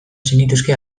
zenituzke